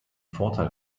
vorteil